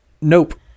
nope